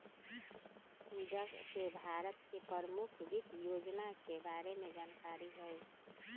पूजा के भारत के परमुख वित योजना के बारे में जानकारी हई